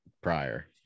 prior